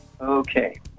Okay